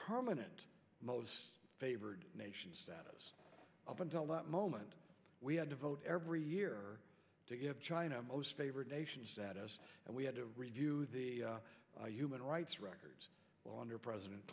permanent most favored nation status up until that moment we had to vote every year to get china most favored nation status and we had to redo the human rights records well under president